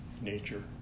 nature